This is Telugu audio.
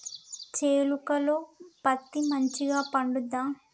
చేలుక లో పత్తి మంచిగా పండుద్దా?